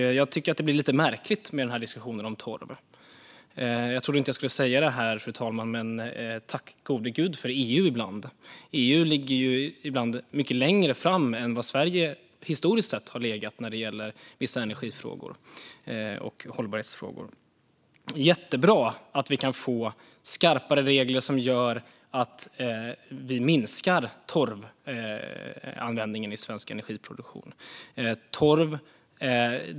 Jag tycker att diskussionen om torv blir lite märklig. Jag trodde inte att jag skulle säga det här, fru talman, men ibland är det på sin plats: Tack gode Gud för EU! EU ligger ibland mycket längre framme än vad Sverige historiskt sett har gjort gällande vissa energifrågor och hållbarhetsfrågor. Det är jättebra att vi kan få skarpare regler som gör att vi minskar torvanvändningen i svensk energiproduktion.